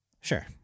Sure